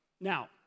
Now